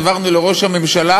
העברנו לראש הממשלה,